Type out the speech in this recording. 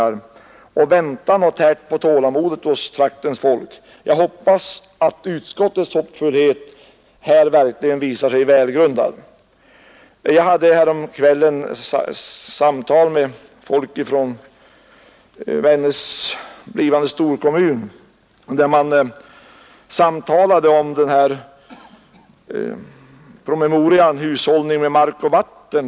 Dröjsmålet har tärt på tålamodet hos traktens folk. Jag hoppas att utskottets förväntningar verkligen visar sig välgrundade. Jag hade häromkvällen ett samtal med folk från Vännäs blivande storkommun om promemorian ”Hushållning med mark och vatten”.